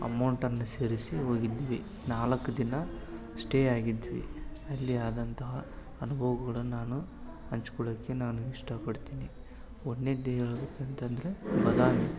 ಅಮೌಂಟನ್ನ ಸೇರಿಸಿ ಹೋಗಿದ್ವಿ ನಾಲ್ಕು ದಿನ ಸ್ಟೇ ಆಗಿದ್ವಿ ಅಲ್ಲಿ ಆದಂತಹ ಅನುಭವಗಳನ್ನು ನಾನು ಹಂಚ್ಕೊಳ್ಳೋಕೆ ನಾನು ಇಷ್ಟಪಡ್ತೀನಿ ಹೋದ್ನೆದ್ದೆ ಹೇಳ್ಬೇಕಂತಂದರೆ ಬಾದಾಮಿ